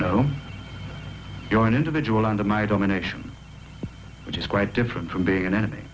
no you are an individual under my domination which is quite different from being an enemy